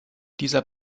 dieser